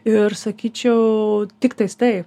ir sakyčiau tiktais tai